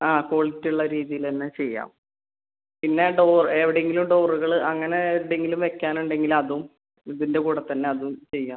ആ ക്വാളിറ്റി ഉള്ള രീതിയിൽ തന്നെ ചെയ്യാം പിന്നെ ഡോർ എവിടെയെങ്കിലും ഡോറുകൾ അങ്ങനെ എന്തെങ്കിലും വയ്ക്കാനുണ്ടെങ്കിൽ അതും ഇതിൻ്റെ കൂടെത്തന്നെ അതും ചെയ്യാം